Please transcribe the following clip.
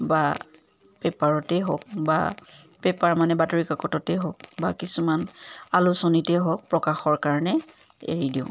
বা পেপাৰতেই হওক বা পেপাৰ মানে বাতৰি কাকততেই হওক বা কিছুমান আলোচনীতেই হওক প্ৰকাশৰ কাৰণে এৰি দিওঁ